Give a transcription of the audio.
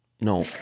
no